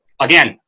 again